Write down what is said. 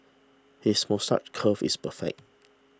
his moustache curl is perfect